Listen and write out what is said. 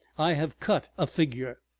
i have cut a figure!